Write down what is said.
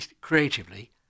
creatively